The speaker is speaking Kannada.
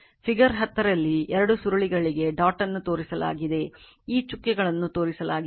ಫಿಗರ್ 10 ರಲ್ಲಿ 2 ಸುರುಳಿಗಳಿಗೆ ಡಾಟ್ ಅನ್ನು ತೋರಿಸಲಾಗಿದೆ ಈ ಚುಕ್ಕೆಗಳನ್ನು ತೋರಿಸಲಾಗಿದೆ